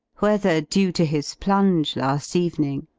whether due to his plunge last evening,